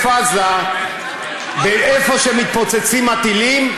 איפה שמתפוצצים הטילים,